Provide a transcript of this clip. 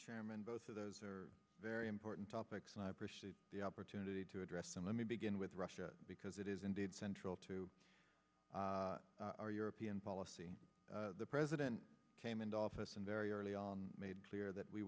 chairman both of those are very important topics and i appreciate the opportunity to address them let me begin with russia because it is indeed central to our european policy the president came into office in very early on made clear that we